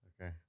Okay